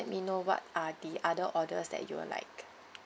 me know what are the other orders that you will like